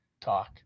talk